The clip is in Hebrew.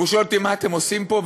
והוא שואל אותי: מה אתם עושים פה?